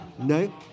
No